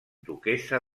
duquessa